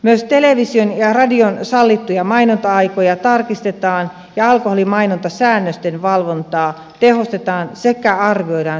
myös television ja radion sallittuja mainonta aikoja tarkistetaan ja alkoholimai nontasäännösten valvontaa tehostetaan sekä arvioidaan seuraamusten kehittämistarpeita